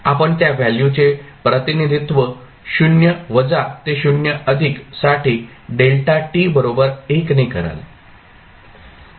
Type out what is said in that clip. आपण त्या व्हॅल्यूचे प्रतिनिधित्व 0 वजा ते 0 अधिक साठी δ बरोबर 1 ने कराल